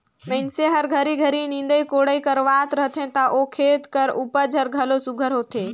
मइनसे हर घरी घरी निंदई कोड़ई करवात रहथे ता ओ खेत कर उपज हर घलो सुग्घर होथे